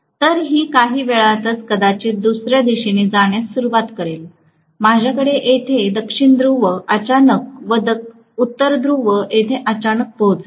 तर ती काही वेळातच कदाचित दुसर्या दिशेने जाण्यास सुरवात करेलमाझ्याकडे येथे दक्षिण ध्रुव अचानक व उत्तर ध्रुव येथे अचानक पोहोचेल